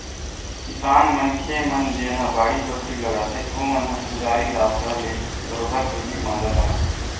किसान मनखे मन जेनहा बाड़ी बखरी लगाथे ओमन ह कुदारी रापा ले बरोबर पहिली मांदा बनाथे